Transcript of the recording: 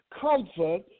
comfort